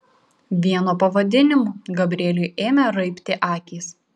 vien nuo pavadinimų gabrieliui ėmė raibti akys